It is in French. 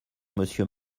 monsieur